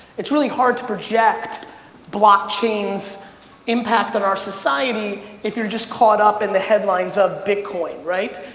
it's really hard to project blockchain's impact on our society if you're just caught up in the headlines of bitcoin, right?